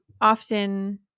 often